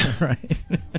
Right